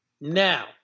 now